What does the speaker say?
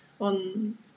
on